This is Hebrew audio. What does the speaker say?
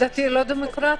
דתי זה לא דמוקרטי?